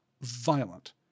violent